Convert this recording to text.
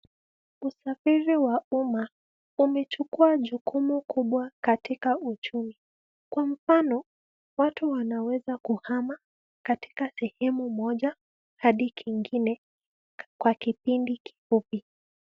Usafiri wa umma umechukua jukumu kubwa katika uchumi. Kwa mfano watu wanaweza kuhama katika sehemu mmoja hadi kingine kwa kipindi kifupi.